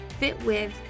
fitwith